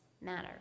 matter